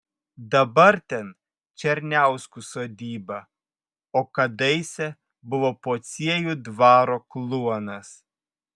dabar ten černiauskų sodyba o kadaise buvo pociejų dvaro kluonas